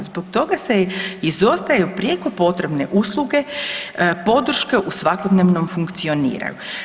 Zbog toga se izostaju prijeko potrebne usluge podrške u svakodnevnom funkcioniranju.